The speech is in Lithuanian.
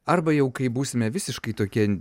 arba jau kai būsime visiškai tokie